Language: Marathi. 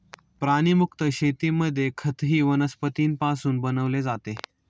प्राणीमुक्त शेतीमध्ये खतही वनस्पतींपासून बनवले जाते